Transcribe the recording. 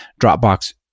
Dropbox